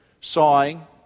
sawing